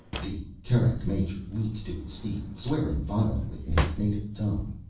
the kerak major leaped to his feet, swearing violently in his native tongue.